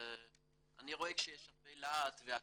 אני רואה שיש הרבה להט והכל,